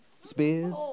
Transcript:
spears